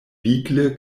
vigle